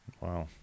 Wow